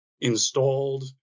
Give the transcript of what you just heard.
installed